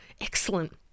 Excellent